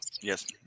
Yes